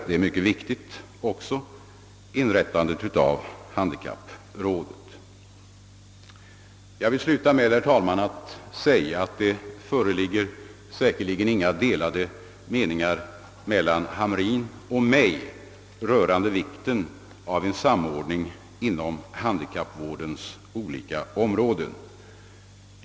Det var en viktig åtgärd, som bl.a. tog sikte på samordningsuppgifterna. Jag vill, herr talman, sluta mitt anförande med att säga, att det säkerligen inte föreligger några delade meningar mellan herr Hamrin i Kalmar och mig rörande vikten av en samordning mellan handikappvårdens olika områden.